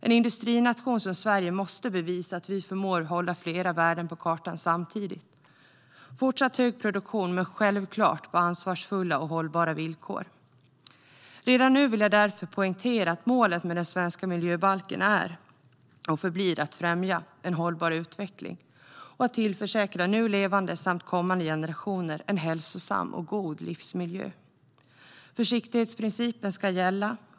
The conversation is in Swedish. En industrination som Sverige måste bevisa att vi förmår hålla flera värden på kartan samtidigt: fortsatt hög produktion men självklart på ansvarsfulla och hållbara villkor. Redan nu vill jag därför poängtera att målet med den svenska miljöbalken är och förblir att främja en hållbar utveckling och att tillförsäkra nu levande samt kommande generationer en hälsosam och god livsmiljö. Försiktighetsprincipen ska gälla.